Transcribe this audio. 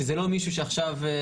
שזה לא מישהו שעכשיו לא מתעסק בזה.